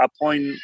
appoint